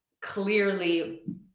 clearly